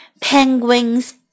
Penguins